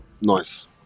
nice